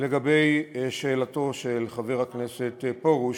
לגבי שאלתו של חבר הכנסת פרוש,